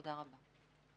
תודה רבה.